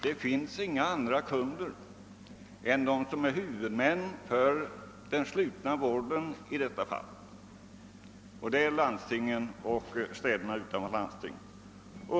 Det finns inga andra kunder än de som är huvudmän för den slutna vården i detta fall, och det är landstingen och städerna utom landsting.